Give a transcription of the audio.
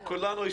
כולנו.